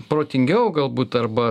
protingiau galbūt arba